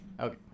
Okay